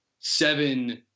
seven –